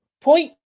Point